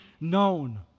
known